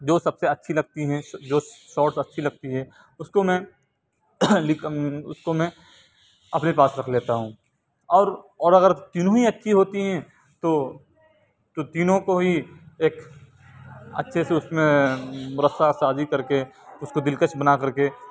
جو سب سے اچھی لگتی ہے جو شاٹ اچھی لگتی ہے اس کو میں اس کو میں اپنے پاس رکھ لیتا ہوں اور اور اگر تینوں ہی اچھی ہوتی ہے تو تینوں کو ہی ایک اچھے سے اس میں مرصع سازی کر کے اس کو دلکش بنا کر کے